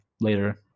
Later